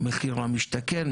מחיר למשתכן,